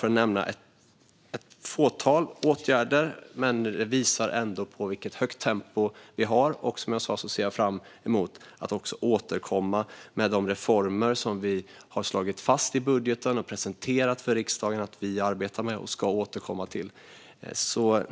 Det här var ett fåtal åtgärder, men de visar ändå på vilket högt tempo vi har. Jag ser fram emot att återkomma med de reformer som vi har slagit fast i budgeten och presenterat för riksdagen att vi arbetar med.